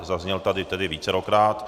Zazněl tady tedy vícekrát.